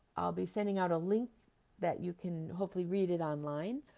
i'll be sending out a link that you can hopefully read it online,